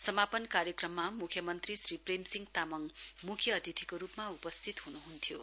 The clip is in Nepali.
समापन कार्यक्रममा मुख्यमन्त्री श्री प्रेमसिंह तामङ मुख्य अतिथिको रुपमा उपस्थित हुनुहुन्थ्यो